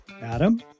Adam